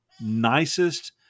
nicest